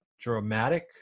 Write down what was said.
dramatic